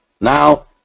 Now